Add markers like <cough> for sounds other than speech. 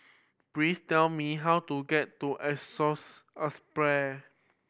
please tell me how to get to Assisi <unintelligible>